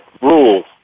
rules